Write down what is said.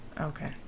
Okay